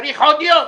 צריך עוד יום?